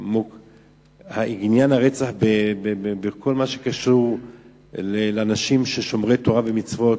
עניין הרצח בקרב האנשים שומרי תורה ומצוות,